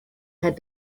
had